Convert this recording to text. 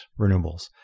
renewables